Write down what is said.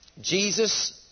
Jesus